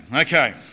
Okay